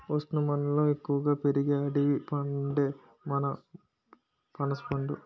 ఉష్ణమండలంలో ఎక్కువగా పెరిగే అడవి పండే మన పనసపండు